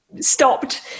stopped